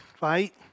right